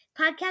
podcast